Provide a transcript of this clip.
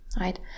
right